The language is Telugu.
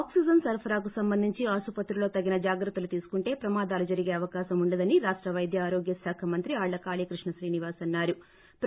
ఆక్సిజన్ సరఫరాకు సంబంధించి ఆస్సత్రుల్లో తగిన జాగ్రత్తలు తీసుకుంటే ప్రమాదాలు జరిగే అవకాశం ఉండదని రాష్ట వైద్య ఆరోగ్య శాఖ మంత్రి ఆళ్ల కాళీకృష్ణ శ్రీనివాస్ అన్నా రు